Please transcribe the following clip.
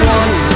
one